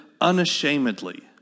unashamedly